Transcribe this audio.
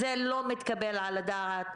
זה לא מתקבל על הדעת.